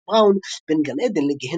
ביג בראון בין גן עדן לגיהנום".